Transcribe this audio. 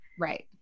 Right